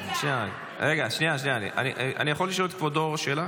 אני יכול לשאול את כבודו שאלה?